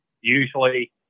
Usually